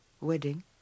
wedding